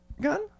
gun